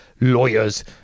lawyers